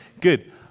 good